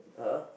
uh